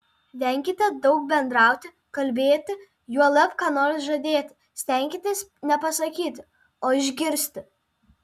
venkite daug bendrauti kalbėti juolab ką nors žadėti stenkitės ne pasakyti o išgirsti